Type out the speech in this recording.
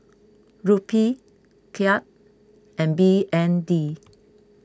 Rupee Kyat and B N D